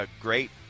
great